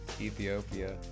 ethiopia